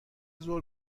ظهر